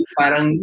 parang